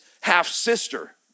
half-sister